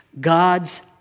God's